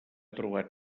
trobat